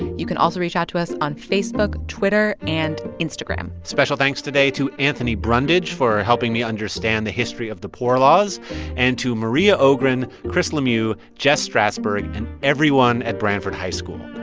you can also reach out to us on facebook, twitter and instagram special thanks today to anthony brundage for helping me understand the history of the poor laws and to maria ogren, chris lemieux, jess strassburg and everyone at branford high school.